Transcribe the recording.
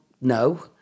no